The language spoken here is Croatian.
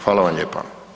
Hvala vam lijepa.